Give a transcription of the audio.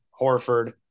Horford